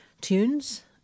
tunes